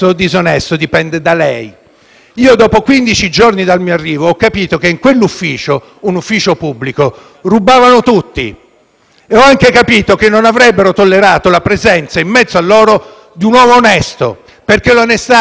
Io, dopo quindici giorni dal mio arrivo, ho capito che in quell'ufficio" - un ufficio pubblico - "rubavano tutti! E ho anche capito che non avrebbero tollerato la presenza in mezzo a loro di un uomo onesto." - perché l'onestà non può essere ammessa